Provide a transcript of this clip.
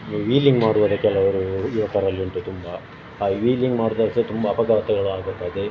wheeling ಮಾಡುವಾಗ ಕೆಲವರು ಯುವಕರಲ್ಲಿ ಉಂಟು ತುಂಬ ಆ ವೀಲಿಂಗ್ ಮಾಡ್ದಾಗ ಸಹ ತುಂಬ ಅಪಘಾತಗಳಾಗುತ್ತದೆ